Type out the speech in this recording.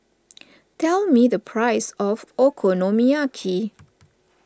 tell me the price of Okonomiyaki